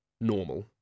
normal